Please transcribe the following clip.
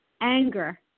anger